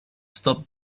stop